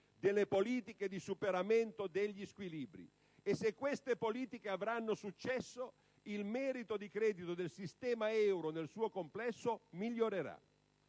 delle politiche di superamento degli squilibri e se queste politiche avranno successo, il merito di credito del sistema euro nel suo complesso migliorerà.